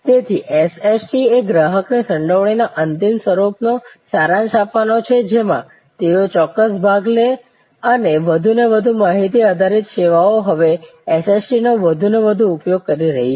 તેથી SST એ ગ્રાહકની સંડોવણીના અંતિમ સ્વરૂપનો સારાંશ આપવાનો છે જેમાં તેઓ ચોક્કસ ભાગ લે છે અને વધુને વધુ માહિતી આધારિત સેવાઓ હવે SSTનો વધુને વધુ ઉપયોગ કરી રહી છે